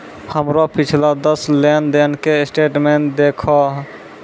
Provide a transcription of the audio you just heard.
हमरो पिछला दस लेन देन के स्टेटमेंट देहखो